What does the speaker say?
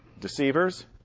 Deceivers